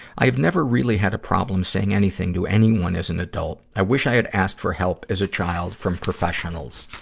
i have never really had a problem saying anything to anyone as an adult. i wish i had asked for help as a child from professionals.